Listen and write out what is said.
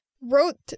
wrote